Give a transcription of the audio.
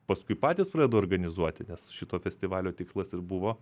paskui patys pradeda organizuoti nes šito festivalio tikslas ir buvo